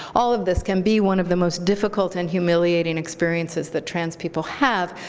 all of this can be one of the most difficult and humiliating experiences that trans people have,